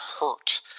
hurt